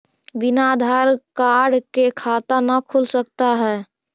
बिना आधार कार्ड के खाता न खुल सकता है?